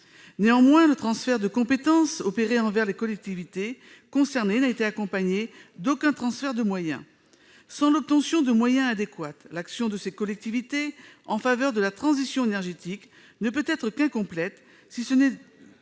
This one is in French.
Néanmoins, le transfert de compétences opéré envers les collectivités concernées n'a été accompagné d'aucun transfert de moyens. Or, sans moyens adéquats, l'action de ces collectivités en faveur de la transition énergétique ne peut être qu'incomplète, voire